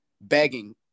begging